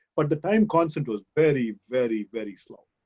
but the time constant was very, very, very slow.